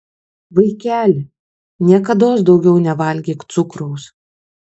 vaikeli niekados daugiau nevalgyk cukraus